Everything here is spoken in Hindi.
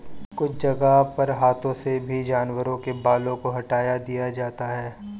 कुछ जगहों पर हाथों से भी जानवरों के बालों को हटा दिया जाता है